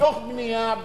בתוך בנייה,